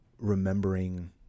remembering